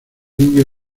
indio